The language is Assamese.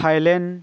থাইলেণ্ড